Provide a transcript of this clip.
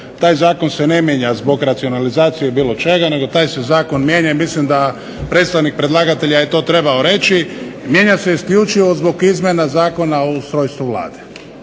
taj zakon se ne mijenja zbog racionalizacije ili bilo čega nego taj se zakon mijenja i mislim da predstavnik predlagatelja je to trebao reći. Mijenja se isključivo zbog izmjena Zakona o ustrojstvu Vlade.